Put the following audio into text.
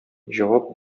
җавап